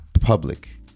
public